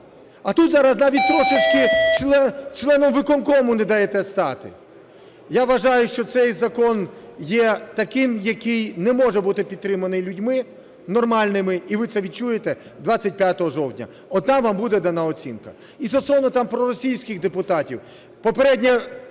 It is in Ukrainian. А тут зараз навіть трішечки членом виконкому не даєте стати. Я вважаю, що цей закон є такий, який не може бути підтриманий людьми нормальними, і ви це відчуєте 25 жовтня. От там вам буде дана оцінка. І стосовно там проросійських депутатів. Попереднє